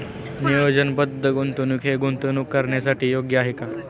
नियोजनबद्ध गुंतवणूक हे गुंतवणूक करण्यासाठी योग्य आहे का?